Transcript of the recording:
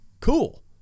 cool